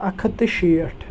اَکھ ہَتھ تہٕ شیٹھ